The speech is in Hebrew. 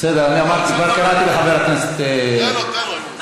אתה לא רואה את כל הדבר הזה?